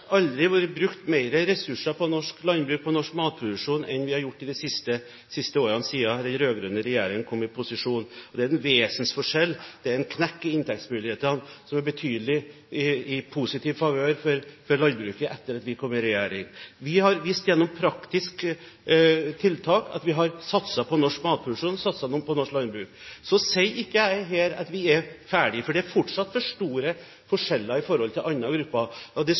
aldri vært brukt mer ressurser på norsk landbruk og norsk matproduksjon enn vi har gjort de siste årene siden de rød-grønne kom i regjeringsposisjon. Det er en vesensforskjell. Det er en knekk i inntektsmulighetene som er betydelig i landbrukets favør etter at vi kom i regjering. Vi har vist gjennom praktiske tiltak at vi har satset på norsk matproduksjon, satset på norsk landbruk. Jeg sier ikke her at vi er ferdige, for det er fortsatt for store forskjeller i forhold til andre grupper. Det